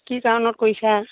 কি কাৰণত কৰিছা